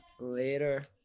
Later